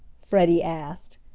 freddie asked,